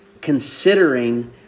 considering